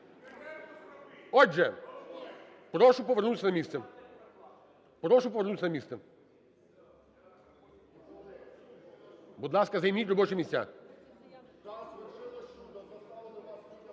місце, прошу повернутися на місце. Будь ласка, займіть робочі місця.